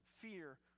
fear